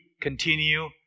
continue